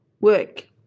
work